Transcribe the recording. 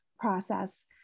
process